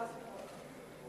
סליחה, סליחה, סליחה.